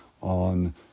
on